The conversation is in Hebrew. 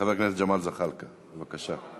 חבר הכנסת ג'מאל זחאלקה, בבקשה.